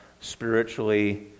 spiritually